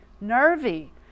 nervy